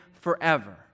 forever